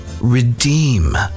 redeem